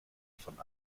von